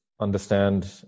understand